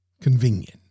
convenient